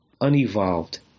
unevolved